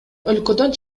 өлкөдөн